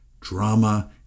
Drama